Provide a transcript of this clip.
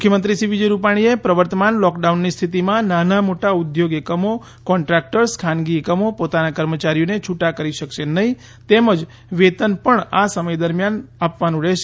મુખ્યમંત્રી શ્રી વિજયભાઇ રૂપાણીએ પ્રવર્તમાન લોકડાઉનની સ્થિતીમાં નાના મોટા ઊદ્યોગ એકમો કોન્દ્રાકટર્સ ખાનગી એકમો પોતાના કમર્યારીઓને છૂટા કરી શકશે નહિ તેમજ વેતન પણ આ સમય દરમ્યાન આપવાનું રહેશે